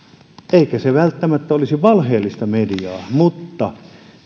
eikä se välttämättä olisi valheellista mediaa mutta